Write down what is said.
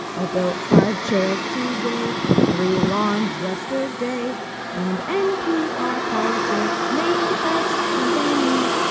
i built five trails today, three lawns yesterday and npr politics made the best company.